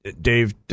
Dave